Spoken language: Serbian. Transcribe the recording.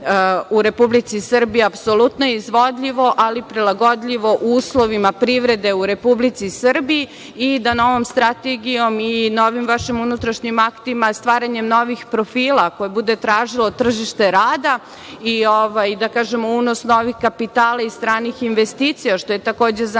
u Republici Srbiji je apsolutno izvodljivo, ali i prilagodljivo uslovima privrede u Republici Srbiji i da novom strategijom i novim vašim unutrašnjim aktima, stvaranjem novih profila koje bude tražilo tržište rada i da kažem unos novih kapitala i stranih investicija, što je takođe za nas